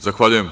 Zahvaljujem.